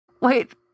Wait